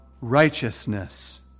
righteousness